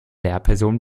lehrperson